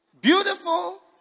Beautiful